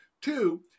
two